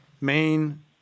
main